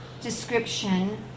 description